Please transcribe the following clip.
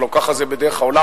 הלוא כך זה בדרך העולם,